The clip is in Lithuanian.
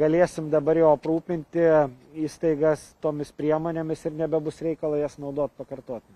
galėsim dabar jau aprūpinti įstaigas tomis priemonėmis ir nebebus reikalo jas naudot pakartotinai